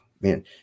man